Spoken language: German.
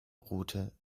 route